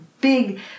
big